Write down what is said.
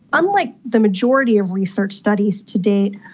unlike the majority of research studies to date,